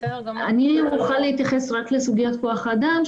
אני רוצה להתייחס רק לסוגיית כוח האדם,